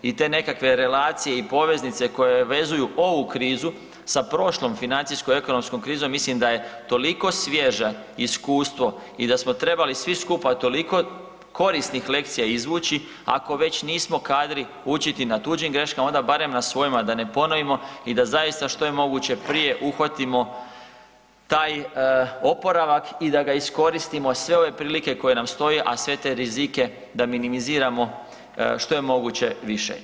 I te nekakve relacije i poveznice koje vezuju ovu krizu sa prošlom financijsko ekonomskom krizom mislim da je toliko svježe iskustvo i da smo trebali svi skupa toliko korisnih lekcija izvući ako već nismo kadri učiti na tuđim greškama onda barem na svojima da ne ponovimo i da zaista što je moguće prije uhvatimo taj oporavak i da ga iskoristimo sve ove prilike koje nam stoje, a sve te rizike da minimiziramo što je moguće više.